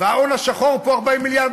וההון השחור פה 40 מיליארד.